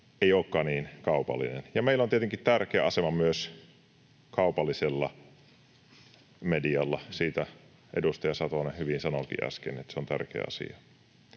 olekaan niin kaupallisia. Ja meillä on tietenkin tärkeä asema myös kaupallisella medialla — siitä edustaja Satonen hyvin sanoikin äsken, että se on tärkeä asia.